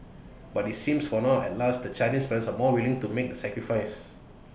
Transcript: but IT seems for now at last that Chinese parents are more than willing to make the sacrifice